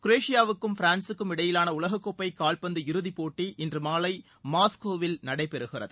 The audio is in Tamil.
குரேஷியாவுக்கும் பிரான்சுக்கும் இடையிலான உலகக்கோப்பை கால்பந்து இறுதிப்போட்டி இன்று மாலை மாஸ்கோவில் நடைபெறுகிறது